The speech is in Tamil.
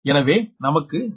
எனவே நமக்கு Deq 6